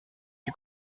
que